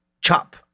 chop